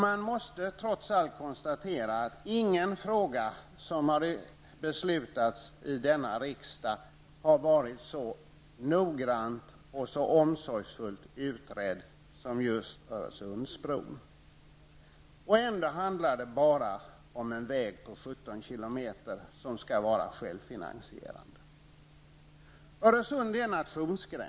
Man måste trots allt konstatera att ingen fråga som har beslutats i denna riksdag har varit så noggrant och omsorgsfullt utredd som just frågan om Öresundsbron. Ändå handlar det bara om en väg på 17 km., som skall vara självfinansierad. Öresund är en nationsgräns.